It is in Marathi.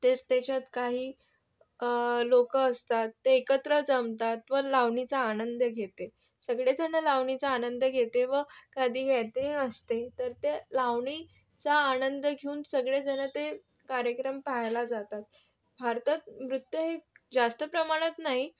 त्या त्याच्यात काही लोक असतात ते एकत्र जमतात व लावणीचा आनंद घेते सगळे जण लावणीचा आनंद घेते व कधी गॅदरींग असते तर त्या लावणीचा आनंद घेऊन सगळे जण ते कार्यक्रम पाहायला जातात भारतात नृत्य हे जास्त प्रमाणात नाही